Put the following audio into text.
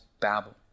Babel